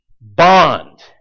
bond